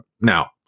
Now